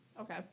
okay